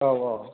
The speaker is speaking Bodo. औ औ